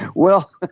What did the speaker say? well, ah